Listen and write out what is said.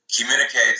communicate